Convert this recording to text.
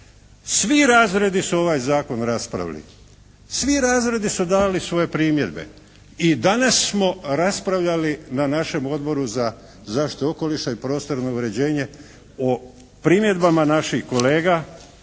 Svi razredi su ovaj zakon raspravili. Svi razredi su dali svoje primjedbe i danas smo raspravljali na našem Odboru za zaštitu okoliša i prostornog uređenja o primjedbama naših kolega